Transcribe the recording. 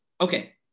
okay